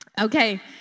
Okay